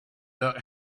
look